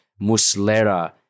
Muslera